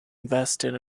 invested